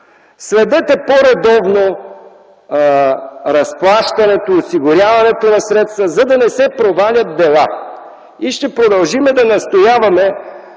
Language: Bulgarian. Следете по-редовно разплащането, осигуряването на средства, за да не се провалят дела. Ще продължим да настояваме